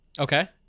Okay